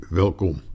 welkom